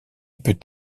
peut